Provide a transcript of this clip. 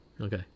okay